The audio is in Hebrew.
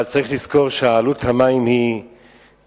אבל צריך לזכור שעלות המים היא קשה,